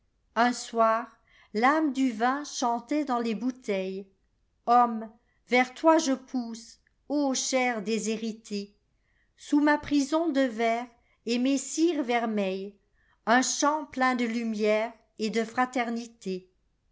un soir tâme du vin chantait dans les bouteilles s i homme vers toi je pousse ô cher déshérité sous ma prison de verre et mes cires vermeilles un chant plein de lumière et de fraternitéi